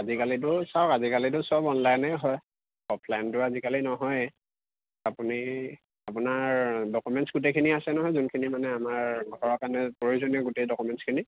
আজিকালিতো চাওক আজিকালিতো সব অনলাইনেই হয় অফলাইনটো আজিকালি নহয়েই আপুনি আপোনাৰ ডকুমেণ্টছ গোটেইখিনি আছে নহয় যোনখিনি মানে আমাৰ ঘৰৰ কাৰণে প্ৰয়োজনীয় গোটেই ডকুমেণ্টছখিনি